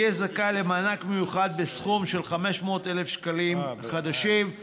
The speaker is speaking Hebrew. יהיה זכאי למענק מיוחד בסכום של 500,000 שקלים חדשים.